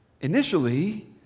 initially